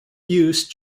use